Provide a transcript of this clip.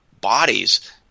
bodies